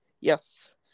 Yes